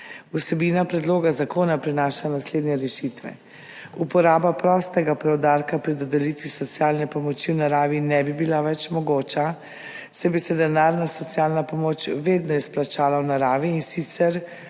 Vsebina predloga zakona prinaša naslednje rešitve. Uporaba prostega preudarka pri dodelitvi socialne pomoči v naravi ne bi bila več mogoča, saj bi se denarna socialna pomoč vedno izplačala v naravi, in sicer